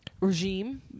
Regime